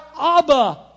Abba